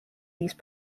these